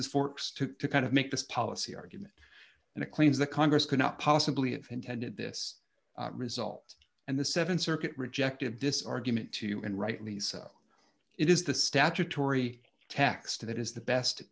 is forks to kind of make this policy argument and it claims that congress cannot possibly intended this result and the th circuit rejected this argument too and rightly so it is the statutory text that is the best